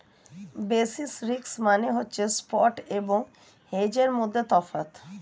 basis risk মানে হচ্ছে spot এবং হেজের মধ্যে তফাৎ